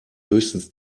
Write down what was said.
höchstens